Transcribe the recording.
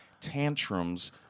tantrums